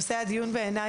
על האיחוד.